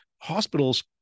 hospitals